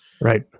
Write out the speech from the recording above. right